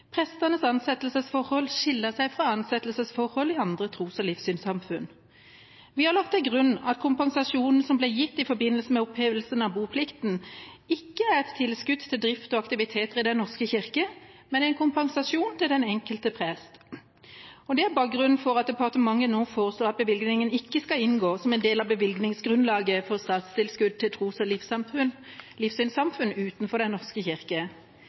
Prestenes ansettelsesforhold skiller seg fra ansettelsesforhold i andre tros- og livssynssamfunn. Vi har lagt til grunn at kompensasjonen som ble gitt i forbindelse med opphevelsen av boplikten, ikke er et tilskudd til drift og aktiviteter i Den norske kirke, men en kompensasjon til den enkelte prest. Det er bakgrunnen for at departementet nå foreslår at bevilgningen ikke skal inngå som en del av beregningsgrunnlaget for statstilskudd til tros- og livssynssamfunn utenfor Den norske kirke.